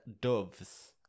doves